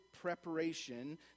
preparation